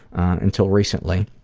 until recently.